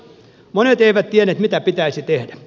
monet eivät tienneet mitä pitäisi tehdä